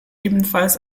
ebenfalls